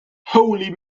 holy